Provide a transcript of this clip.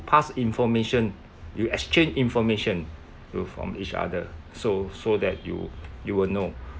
pass information you exchange information you from each other so so that you you will know